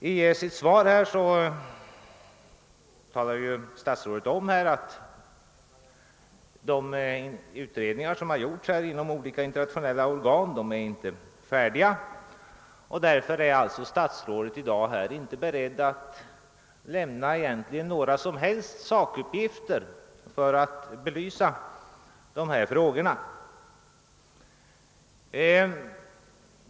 I sitt svar talar statsrådet om att de utredningar som gjorts inom olika internationella organisationer ännu inte är färdiga, och därför är statsrådet i dag egentligen inte beredd att lämna några som helst sakuppgifter för att belysa dessa frågor.